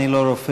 אני לא רופא,